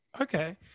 Okay